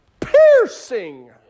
piercing